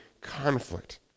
conflict